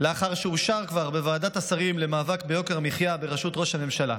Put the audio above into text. לאחר שאושר כבר בוועדת השרים למאבק ביוקר המחיה בראשות ראש הממשלה.